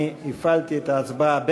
הפעלתי את ההצבעה.